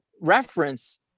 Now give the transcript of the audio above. reference